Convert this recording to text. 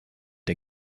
der